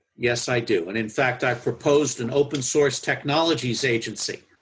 yes i do and in fact i proposed an open source technology's agency